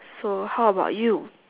so how about you